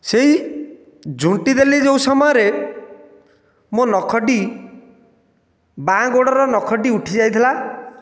ସେହି ଝୁଣ୍ଟିଦେଲି ଯେଉଁ ସମୟରେ ମୋ ନଖଟି ବାଁ ଗୋଡ଼ର ନଖଟି ଉଠିଯାଇଥିଲା